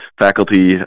faculty